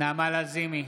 נעמה לזימי,